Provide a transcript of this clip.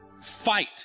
fight